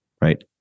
right